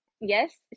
yes